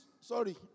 sorry